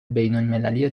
بینالمللی